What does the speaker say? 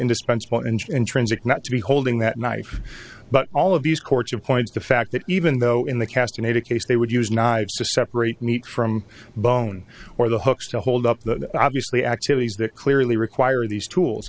indispensable and intrinsic not to be holding that knife but all of these courts of points the fact that even though in the cast you need a case they would use knives to separate meat from bone or the hooks to hold up the obviously activities that clearly require these tools